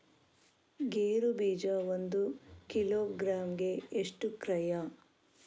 ಗೇರು ಬೀಜ ಒಂದು ಕಿಲೋಗ್ರಾಂ ಗೆ ಎಷ್ಟು ಕ್ರಯ?